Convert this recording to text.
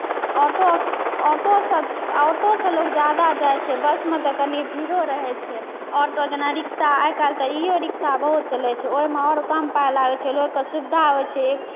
auto auto ऑटोसँ लोक जादा जाइत छै बसमे तऽ कनि भिड़ो रहै छै ऑटो जेना रिक्शा आइकाल्हि तऽ ई ओ रिक्शा बहुत चलै छै ओहिमे आओर कम पाई लागै छै लोककेँ सुविधा होइत छै